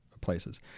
places